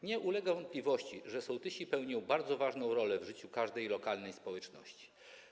Nie ulega wątpliwości, że sołtysi pełnią bardzo ważna rolę w życiu każdej lokalnej społeczności.